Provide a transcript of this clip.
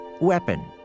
weapon